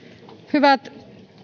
hyvät